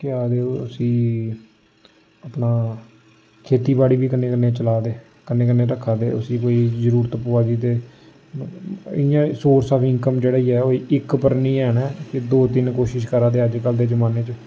केह् आखदे ओह् उस्सी अपना खेती बाड़ी बी कन्नै कन्नै चलाऽ दे कन्नै कन्नै रक्खा दे उस्सी कोई जरूरत पवै दी ते इ'यां सोर्स आफ इनकम जेह्ड़ा ई ऐ ओह् इक उप्पर निं हैन ते दो तिन्न कोशिश करा दे अजकल्ल दे जमान्ने च